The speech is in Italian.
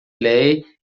lei